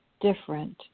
different